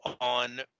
on